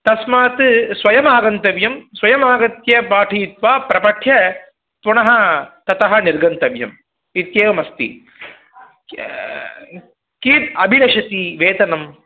तस्मात् स्वयम् आगन्तव्यं स्वयम् आगत्य पाठयित्वा प्रपाठ्य पुनः ततः निर्गन्तव्यम् इत्येवम् अस्ति किं अभिलषति वेतनम्